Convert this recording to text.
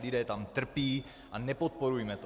Lidé tam trpí a nepodporujme to.